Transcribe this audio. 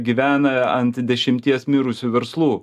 gyvena ant dešimties mirusių verslų